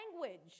language